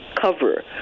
cover